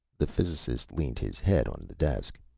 the physicist leaned his head on the desk.